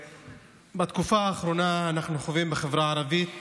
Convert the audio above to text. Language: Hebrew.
בתקופה האחרונה אנחנו חווים בחברה הערבית